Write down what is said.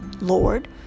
Lord